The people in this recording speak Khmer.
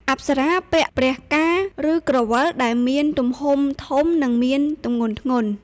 អប្សរាពាក់ "ព្រះកាណ៌" ឬក្រវិលដែលមានទំហំធំ និងមានទម្ងន់ធ្ងន់។